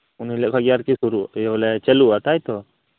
ᱩᱱᱦᱤᱞᱳ ᱠᱷᱚᱱᱜᱮ ᱪᱟᱹᱞᱩᱜᱼᱟ ᱢᱟᱱᱮ ᱥᱩᱨᱩᱜᱼᱟ ᱛᱟᱭ ᱛᱚ